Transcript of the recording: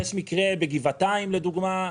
יש מקרה בגבעתיים לדוגמה,